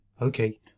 Okay